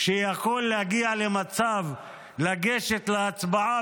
שהוא יכול להגיע למצב של לגשת להצבעה